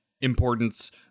importance